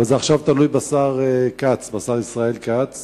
אבל עכשיו זה תלוי בשר כץ, בשר ישראל כץ